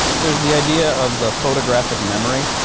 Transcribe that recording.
there's the idea of the photographic memory.